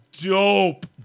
dope